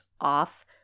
off